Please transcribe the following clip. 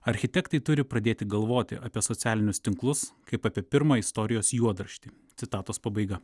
architektai turi pradėti galvoti apie socialinius tinklus kaip apie pirmą istorijos juodraštį citatos pabaiga